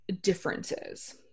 differences